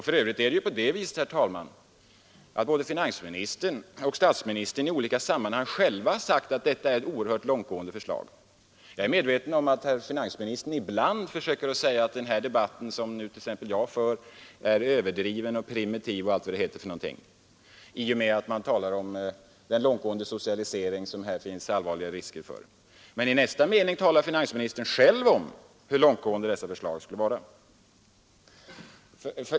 Dessutom är det så, att både finansministern och statsministern i olika sammanhang har sagt att detta är oerhört långtgående förslag. Jag är medveten om att finansministern ibland försöker säga att den debatt som t.ex. jag för är överdriven och primitiv — alltså när jag talar om riskerna för en långtgående socialisering. Men i nästa mening talar finansministern själv om hur långtgående detta förslag är.